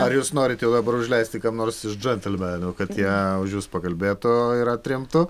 ar jūs norite dabar užleisti kam nors iš džentelmenų kad jie už jus pakalbėtų ir atremtų